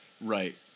Right